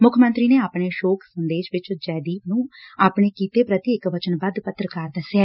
ਮੁੱਖ ਮੰਤਰੀ ਨੇ ਆਪਣੇ ਸ਼ੋਕ ਸੰਦੇਸ਼ ਵਿਚ ਜੈ ਦੀਪ ਨੰ ਆਪਣੇ ਕਿੱਤੇ ਪ੍ਰਤੀ ਇਕ ਵਬਨਬੱਧ ਪੱਤਰਕਾਰ ਦਸਿਆ